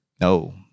No